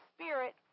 Spirit